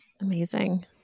Amazing